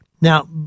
Now